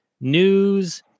news